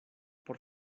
por